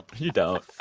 you don't.